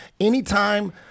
Anytime